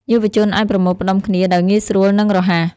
យុវជនអាចប្រមូលផ្ដុំគ្នាដោយងាយស្រួលនិងរហ័ស។